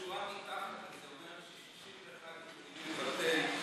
שורה מתחת זה אומר ש-61 יוכלו לבטל את